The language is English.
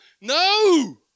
No